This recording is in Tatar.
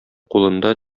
кулында